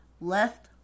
left